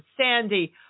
sandy